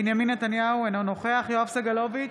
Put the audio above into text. בנימין נתניהו, אינו נוכח יואב סגלוביץ'